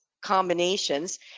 combinations